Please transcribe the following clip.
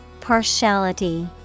Partiality